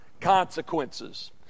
consequences